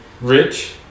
rich